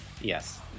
Yes